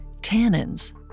tannins